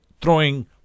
throwing